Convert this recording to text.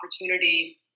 opportunity